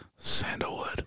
Sandalwood